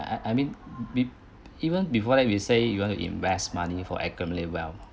I mean be~ even before that we say you want to invest money for accumulate wealth